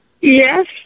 yes